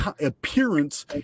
appearance